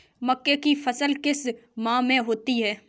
मक्के की फसल किस माह में होती है?